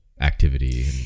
activity